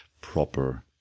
proper